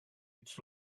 its